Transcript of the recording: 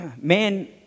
man